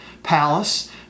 palace